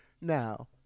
Now